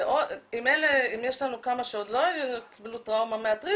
אם יש לנו כמה שעוד לא קיבלו טראומה מהטריפ,